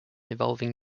evolving